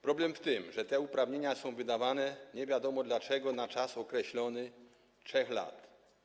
Problem w tym, że te uprawnienia są wydawane, nie wiadomo dlaczego, na czas określony - 3 lata.